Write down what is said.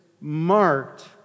marked